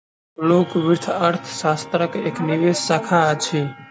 लोक वित्त अर्थशास्त्रक एक विशेष शाखा अछि